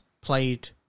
played